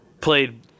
played